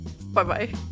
bye-bye